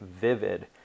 vivid